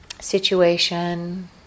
situation